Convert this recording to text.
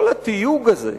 כל התיוג הזה,